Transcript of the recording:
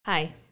Hi